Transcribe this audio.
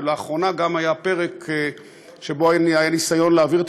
ולאחרונה גם היה פרק שבו היה ניסיון להעביר את